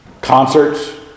concerts